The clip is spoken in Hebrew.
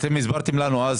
אתם הסברתם לנו אז